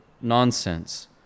nonsense